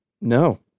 No